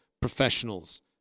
professionals